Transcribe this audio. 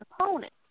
opponent